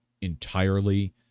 entirely